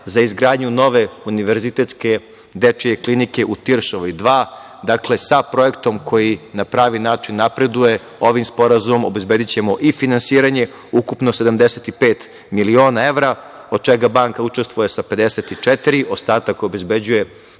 za izgradnju nove univerzitetske Dečije klinike u Tiršovoj 2, dakle sa projektom koji na pravi način napreduje, ovim sporazumom obezbedićemo i finansiranje ukupno 75 miliona evra, od čega banka učestvuje sa 54, ostatak obezbeđuje